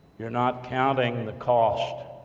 you're not counting the cost